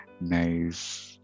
Nice